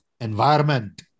environment